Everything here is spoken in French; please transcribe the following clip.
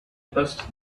poste